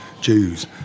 Jews